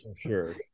sure